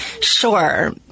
Sure